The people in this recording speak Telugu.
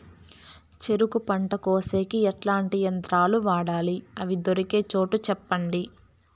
చెరుకు పంట కోసేకి ఎట్లాంటి యంత్రాలు వాడాలి? అవి దొరికే చోటు చెప్పండి?